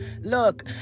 Look